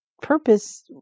purpose